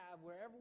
wherever